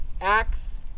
Acts